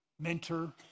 mentor